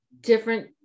different